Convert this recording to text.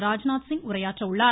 ராஜ்நாத்சிங் உரையாற்ற உள்ளார்